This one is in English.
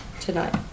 Tonight